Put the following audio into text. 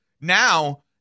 Now